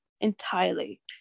entirely